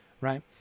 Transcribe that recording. right